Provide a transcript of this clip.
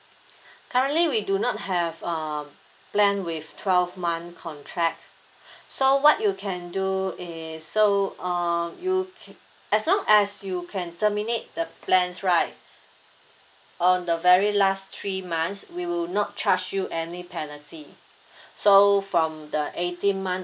currently we do not have um plan with twelve month contract so what you can do is so uh you as long as you can terminate the plan right on the very last three months we will not charge you any penalty so from the eighteenth month